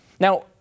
Now